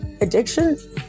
addiction